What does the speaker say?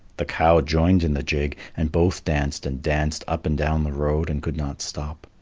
the cow joined in the jig, and both danced and danced up and down the road and could not stop.